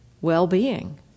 well-being